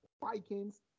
Vikings